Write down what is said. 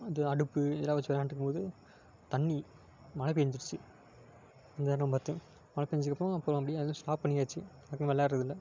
அது அடுப்பு இதலாம் வெச்சு விளையாண்ட்டிருக்கும்போது தண்ணி மழை பெஞ்சிருச்சி அந்த நேரம் பார்த்து மழை பெஞ்சதுக்கப்பறம் அப்புறம் அப்படியே அது ஸ்டாப் பண்ணியாச்சு ஆ விளையாடுறதில்ல